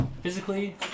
physically